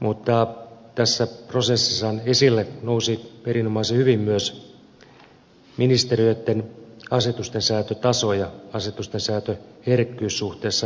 mutta tässä prosessissahan esille nousivat erinomaisen hyvin myös ministeriöitten asetustensäätötaso ja asetustensäätöherkkyys suhteessa lain sisältöön